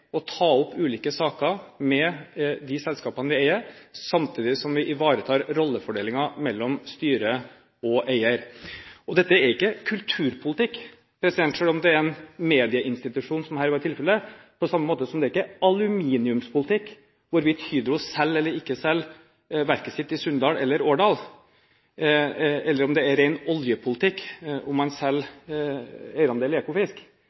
å ta opp ulike saker med de selskapene vi eier, samtidig som vi ivaretar rollefordelingen mellom styre og eier. Dette er ikke kulturpolitikk – selv om det i dette tilfellet var en medieinstitusjon – på samme måte som at det ikke er aluminiumspolitikk hvorvidt Hydro selger eller ikke selger verket sitt i Sunndal eller Årdal. Det er heller ikke ren oljepolitikk om man selger eierandeler i Ekofisk. Det er nasjonal næringspolitikk! Det står i